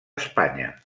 espanya